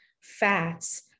fats